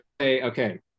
okay